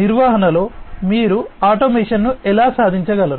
నిర్వహణలో మీరు ఆటోమేషన్ను ఎలా సాధించగలరు